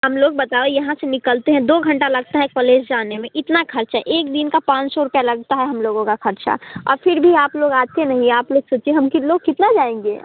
हम लोग बाताओ यहाँ से निकलते हैं दो घंटा लगता है कौलेज जाने में इतना खर्चा एक दिन का पाँच सौ रुपया लगता है हम लोगों का खर्चा और फिर भी आप लोग आते नहीं हैं आप लोग सोचिए हम की लोग कितना जाएंगे